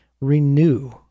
renew